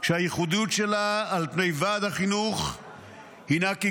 שהייחודיות שלה על פני ועד החינוך הינה כי